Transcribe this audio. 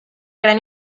gran